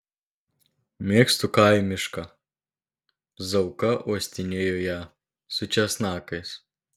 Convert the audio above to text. mėgstu kaimišką zauka uostinėjo ją su česnakais